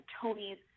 Tony's